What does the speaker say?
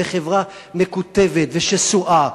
בחברה מקוטבת ושסועה,